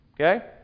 Okay